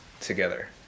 together